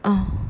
ah